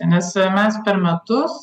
nes mes per metus